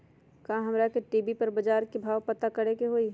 का हमरा टी.वी पर बजार के भाव पता करे के होई?